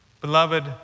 Beloved